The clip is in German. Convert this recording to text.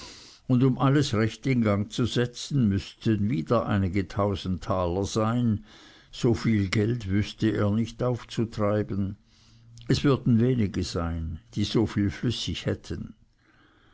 und um alles recht in gang zu setzen müßten wieder einige tausend taler sein so viel geld wüßte er nicht aufzutreiben es würden wenige sein die so viel flüssig hätten